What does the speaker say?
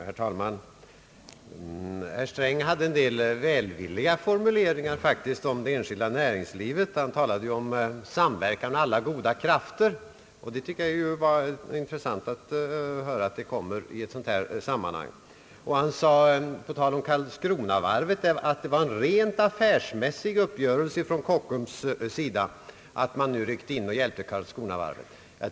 Herr talman! Herr Sträng hade faktiskt en del välvilliga formuleringar om det enskilda näringslivet. Han talade om »samverkan» och om »alla goda krafter», vilket var intressant att höra i ett sådant här sammanhang. På tal om Karlskronavarvet sade han, att det var en »rent affärsmässig» uppgörelse från Kockums sida att rycka in och hjälpa varvet.